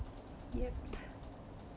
yup